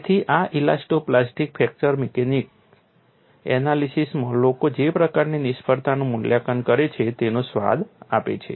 તેથી આ elastoplastic fracture mechanics એનાલિસીસમાં લોકો જે પ્રકારની નિષ્ફળતાનું મૂલ્યાંકન કરે છે તેનો સ્વાદ આપે છે